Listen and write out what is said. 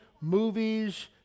movies